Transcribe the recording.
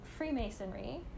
Freemasonry